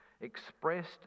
expressed